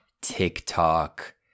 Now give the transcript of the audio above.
TikTok